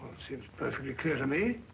seems perfectly clear to me.